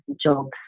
jobs